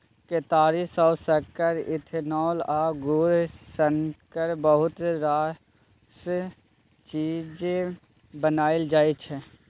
केतारी सँ सक्कर, इथेनॉल आ गुड़ सनक बहुत रास चीज बनाएल जाइ छै